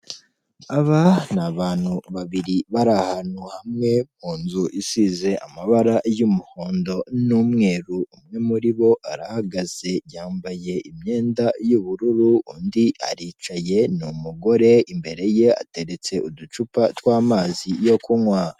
Aba ni abantu babiri bari ahantu hamwe mu nzu isize amabara y'umuhondo n'umweru, umwe muri bo arahagaze yambaye imyenda y'ubururu, undi aricaye ni umugore, imbere ye hateretse uducupa tw'amazi yo kunywa.